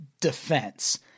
defense